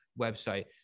website